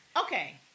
Okay